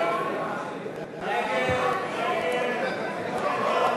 המעסיק מכוח הסכמים קיבוציים או צווי הרחבה ענפיים.